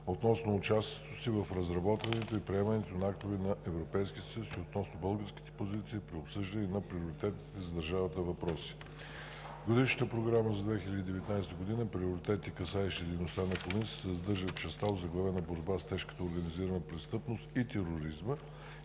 относно участието си в разработването и приемането на актове на Европейския съюз и относно българските позиции при обсъждането на приоритетните за държавата въпроси. В Годишната програма за 2019 г. приоритетите, касаещи дейността на Комисията, се съдържат в частта, озаглавена „Борба с тежката и организираната престъпност и тероризма